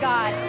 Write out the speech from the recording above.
God